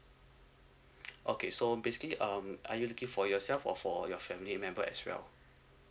okay so basically um are you looking for yourself or for your family member as well